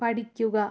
പഠിക്കുക